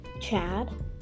Chad